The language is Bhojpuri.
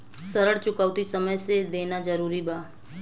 ऋण चुकौती समय से देना जरूरी बा?